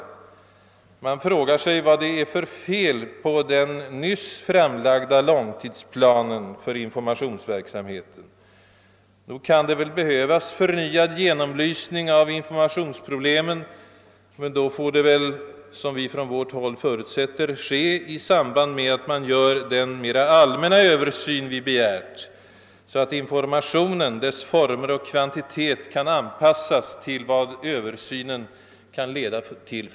Man frågar sig vad det är för fel på den nyss framlagda långtidsplanen för inforamtionsverksamheten. Nog kan det behövas förnyad genomlysning av informationsproblemen, men då får den väl, såsom vi från vårt håll förutsätter, ske i samband med att man gör den mera allmänna översyn som vi begär, så att informationens former och kvantitet kan anpassas till de resultat översynen leder till.